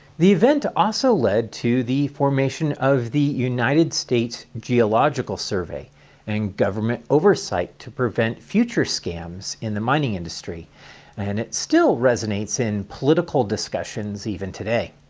the event, also, lead to the formation of the united states geological survey and government oversight to prevent future scams in the mining industry and still resonates in political discussions even today.